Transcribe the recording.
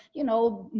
you know,